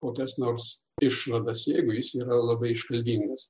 kokias nors išvadas jeigu jis yra labai iškalbingas